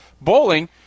bowling